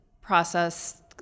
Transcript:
process